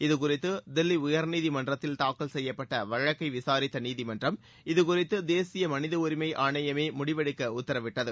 இதுகுறித்து தில்லி உயர்நீதி மன்றத்தில் தாக்கல் செய்யப்பட்ட வழக்கை விசாரித்த நீதிமன்றம் இதுகுறித்து தேசிய மனித உரிமை ஆணையமே முடிவெடுக்க உத்தரவிட்டது